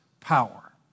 power